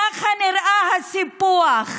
ככה נראה הסיפוח.